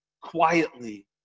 quietly